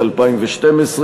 התשע"ב 2012,